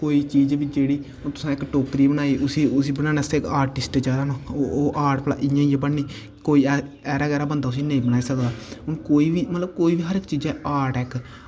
कोई बी चीज़ जेह्ड़ी में इक्क टोकरी बनाई उसी बनाने आस्तै बी इक्क आर्टिस्ट चाहिदा ना की ओह् आर्ट इंया इंया बननी कोई ऐरा गैरा बंदा उसी इंया नेईं बनाई सकदा कोई बी मतलब हर इक्क चीज़ै गी आर्ट ऐ इक्क